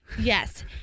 Yes